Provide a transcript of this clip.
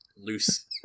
loose